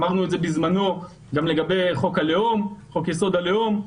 אמרנו את זה בזמנו גם לגבי חוק-יסוד: הלאום.